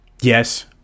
Yes